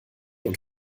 und